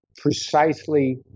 precisely